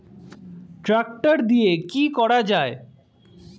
Tractor দিয়ে কি করা যায়?